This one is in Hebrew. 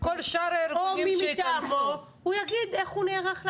או מי מטעמו הוא יגיד איך הוא נערך לאירוע.